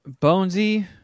Bonesy